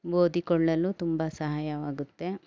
ಓದಿಕೊಳ್ಳಲು ತುಂಬ ಸಹಾಯವಾಗುತ್ತೆ